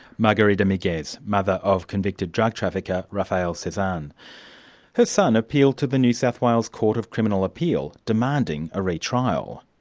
margarita migues, mother of convicted drug trafficker, rafael cesan. um her son appealed to the new south wales court of criminal appeal, demanding a re-trial.